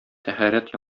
тәһарәт